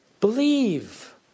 believe